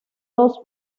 dos